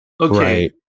Okay